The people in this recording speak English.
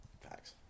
Facts